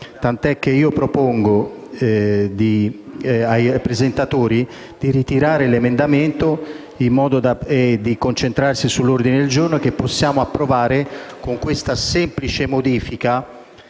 tanto che io propongo alla presentatrice di ritirare l'emendamento 6.150 in modo da concentrarci sull'ordine del giorno, che possiamo accogliere con una semplice modifica.